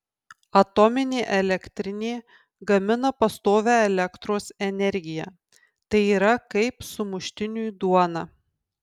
atominė elektrinė gamina pastovią elektros energiją tai yra kaip sumuštiniui duona